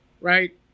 right